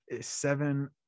seven